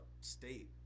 state